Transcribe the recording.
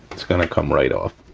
it's gonna come right off.